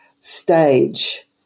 stage